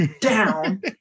down